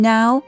Now